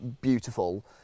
beautiful